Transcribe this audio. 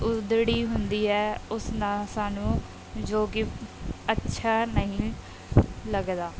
ਉਧੜੀ ਹੁੰਦੀ ਹੈ ਉਸ ਨਾ ਸਾਨੂੰ ਜੋ ਕਿ ਅੱਛਾ ਨਹੀਂ ਲੱਗਦਾ